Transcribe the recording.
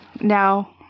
Now